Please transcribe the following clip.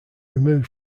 remove